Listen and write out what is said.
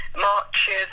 marches